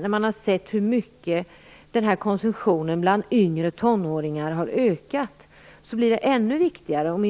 När man har sett hur konsumtionen bland yngre tonåringar har ökat känns frågan, åtminstone för mig, ännu viktigare. Den